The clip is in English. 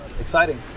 Exciting